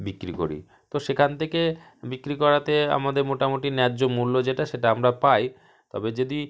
বিক্রি করি তো সেখান থেকে বিক্রি করাতে আমাদের মোটামুটি ন্যায্য মূল্য যেটা সেটা আমরা পাই তবে যদি